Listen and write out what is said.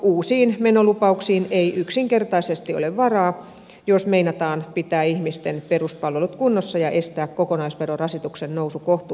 uusiin menolupauksiin ei yksinkertaisesti ole varaa jos meinataan pitää ihmisten peruspalvelut kunnossa ja estää kokonaisverorasituksen nousu kohtuuttomaksi